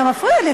אתה מפריע לי,